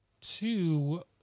two